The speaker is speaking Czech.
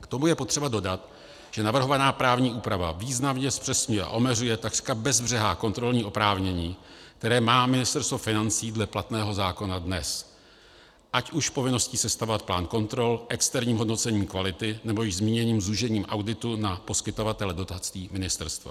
K tomu je potřeba dodat, že navrhovaná právní úprava významně zpřesňuje a omezuje takřka bezbřehá kontrolní oprávnění, která má Ministerstvo financí dle platného zákona dnes, ať už povinností sestavovat plán kontrol, externím hodnocením kvality nebo již zmíněným zúžením auditu na poskytovatele dotací ministerstva.